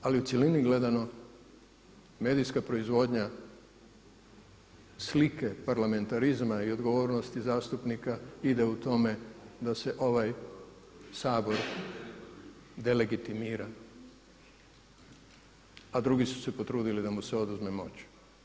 Ali u cjelini gledano medijska proizvodnja slike parlamentarizma i odgovornosti zastupnika ide u tome da se ovaj Sabor delegitimira, a drugi su se potrudili da mu se oduzme moć.